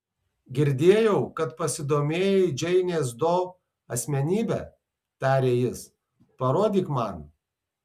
girdėjau kad pasidomėjai džeinės do asmenybe tarė jis parodyk man